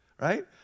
right